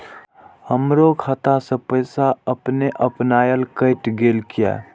हमरो खाता से पैसा अपने अपनायल केट गेल किया?